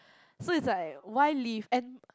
so it's like why leave and